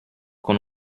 con